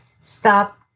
stop